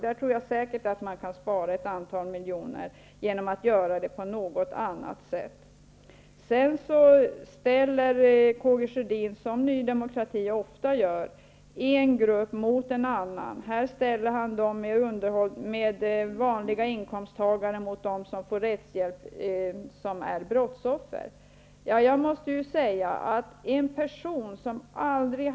Jag tror säkert att man kan spara ett antal miljoner genom att göra det på något annat sätt. Karl Gustaf Sjödin ställer sedan, som Ny demokrati ofta gör, en grupp mot en annan. Här ställer han vanliga inkomsttagare mot brottsoffer som får rättshjälp.